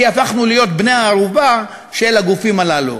כי הפכנו להיות בני-הערובה של הגופים הללו.